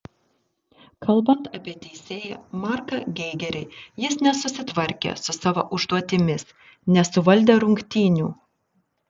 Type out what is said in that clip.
kalbant apie teisėją marką geigerį jis nesusitvarkė su savo užduotimis nesuvaldė rungtynių